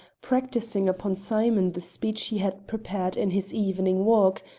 practising upon simon the speech he had prepared in his evening walk,